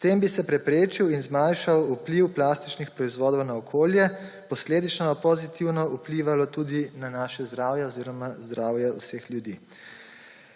S tem bi se preprečil in zmanjšal vpliv plastičnih proizvodov na okolje, posledično pa pozitivno vplivalo tudi na naše zdravje oziroma zdravje vseh ljudi.